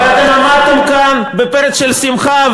אבל אתם עמדתם כאן בפרץ של שמחה,